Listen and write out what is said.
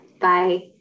Bye